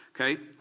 okay